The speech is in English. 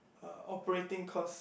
uh operating cost